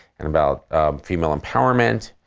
and about female empowerment,